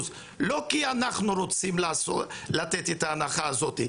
לא כי אנחנו רוצים לתת את ההנחה הזאת,